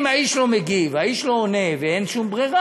אם האיש לא מגיש והאיש לא עונה ואין שום ברירה,